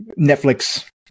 Netflix